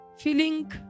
feeling